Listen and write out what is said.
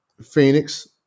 Phoenix